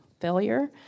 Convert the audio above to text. failure